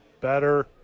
better